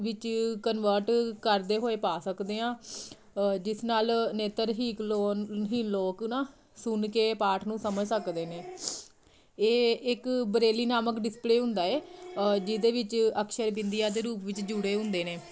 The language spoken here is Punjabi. ਵਿੱਚ ਕਨਵਰਟ ਕਰਦੇ ਹੋਏ ਪਾ ਸਕਦੇ ਹਾਂ ਜਿਸ ਨਾਲ ਨੇਤਰਹੀਕਲੋ ਹੀ ਲੋਕ ਨਾ ਸੁਣ ਕੇ ਪਾਠ ਨੂੰ ਸਮਝ ਸਕਦੇ ਨੇ ਇਹ ਇੱਕ ਬਰੇਲੀ ਨਾਮਕ ਡਿਸਪਲੇ ਹੁੰਦਾ ਹੈ ਜਿਹਦੇ ਵਿੱਚ ਅਕਸ਼ਰ ਬਿੰਦੀਆਂ ਦੇ ਰੂਪ ਵਿੱਚ ਜੁੜੇ ਹੁੰਦੇ ਨੇ